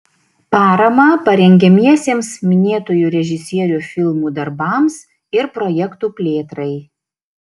paramą parengiamiesiems minėtųjų režisierių filmų darbams ir projektų plėtrai